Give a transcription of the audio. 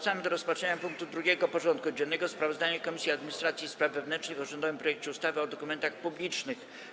Powracamy do rozpatrzenia punktu 2. porządku dziennego: Sprawozdanie Komisji Administracji i Spraw Wewnętrznych o rządowym projekcie ustawy o dokumentach publicznych.